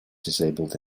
disabled